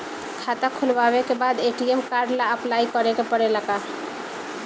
खाता खोलबाबे के बाद ए.टी.एम कार्ड ला अपलाई करे के पड़ेले का?